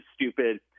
stupid—